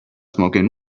smoking